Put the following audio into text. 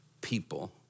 people